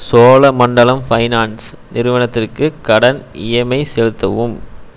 Cholamandalam finance நிறுவனத்திற்கு கடன் EMI செலுத்தவும்